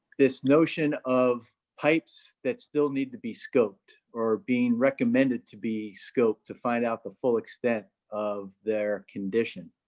this notion of pipes that still need to be scoped, or being recommended to be scoped to find out the full extent of their condition,